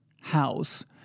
house